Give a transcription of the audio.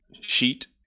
sheet